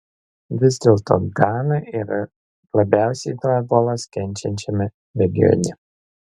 vis dėlto gana yra labiausiai nuo ebolos kenčiančiame regione